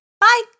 Bye